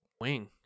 Wing